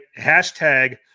hashtag